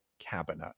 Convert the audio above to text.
cabinet